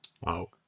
Wow